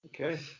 okay